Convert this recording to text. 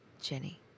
Jenny